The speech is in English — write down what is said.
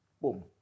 Boom